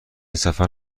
سفر